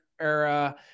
era